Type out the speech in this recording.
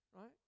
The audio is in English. right